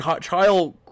child